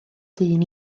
dyn